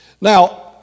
Now